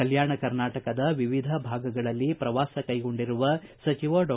ಕಲ್ಯಾಣ ಕರ್ನಾಟಕದ ವಿವಿಧ ಭಾಗಗಳಲ್ಲಿ ಪ್ರವಾಸ ಕೈಗೊಂಡಿರುವ ಸಚಿವ ಡಾ